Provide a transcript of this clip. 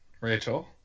Rachel